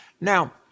Now